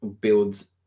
builds